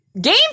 Game